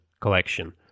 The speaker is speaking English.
collection